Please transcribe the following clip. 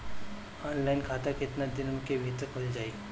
Online खाता केतना दिन के भीतर ख़ुल जाई?